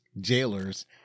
jailers